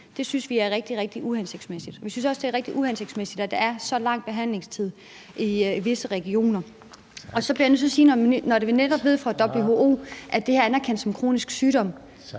Det synes vi er rigtig, rigtig uhensigtsmæssigt. Vi synes også, det er rigtig uhensigtsmæssigt, at der er så lang behandlingstid i visse regioner. Så bliver jeg nødt til at sige, at når vi netop ved fra WHO (Formanden (Henrik Dam